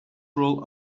rule